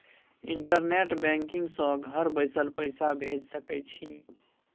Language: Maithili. इंटरनेट बैंकिग सँ घर बैसल पैसा भेज सकय छी